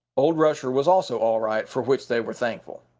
old rusher was also all right, for which they were thankful.